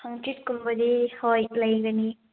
ꯍꯪꯆꯤꯠꯀꯨꯝꯕꯗꯤ ꯍꯣꯏ ꯂꯩꯒꯅꯤ